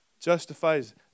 Justifies